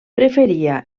preferia